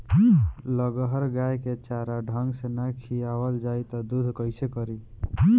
लगहर गाय के चारा ढंग से ना खियावल जाई त दूध कईसे करी